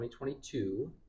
2022